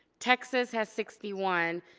texas has sixty one,